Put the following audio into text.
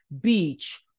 beach